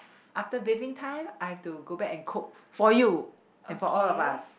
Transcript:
after bathing time I have to go back and cook for you and for all of us